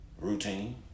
Routine